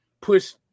push